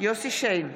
יוסף שיין,